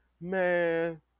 man